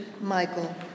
Michael